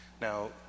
Now